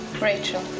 Rachel